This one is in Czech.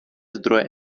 zdroje